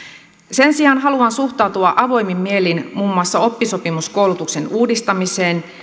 sen sijaan haluan suhtautua avoimin mielin muun muassa oppisopimuskoulutuksen uudistamiseen